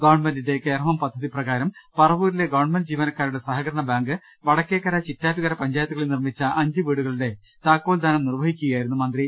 ഗവൺമെന്റിന്റെ care home പദ്ധതി പ്രകാരം പറവൂരിലെ ഗവൺമെന്റ് ജീവനക്കാരുടെ സഹകരണ ബാങ്ക് വട ക്കേകര ചിറ്റാറ്റുകര പഞ്ചായത്തുകളിൽ നിർമ്മിച്ച അഞ്ച് വീടുകളുടെ താക്കോൽദാനം നിർവഹിക്കുകയായിരുന്നു മന്ത്രി